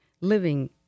living